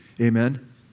Amen